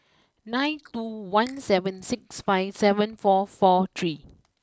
nine two one seven six five seven four four three